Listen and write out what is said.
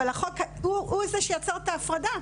אבל החוק הוא זה שיצר את ההפרדה.